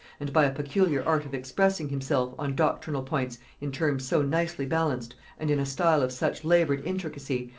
and by a peculiar art of expressing himself on doctrinal points in terms so nicely balanced and in a style of such labored intricacy,